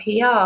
PR